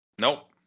Nope